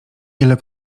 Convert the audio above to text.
ile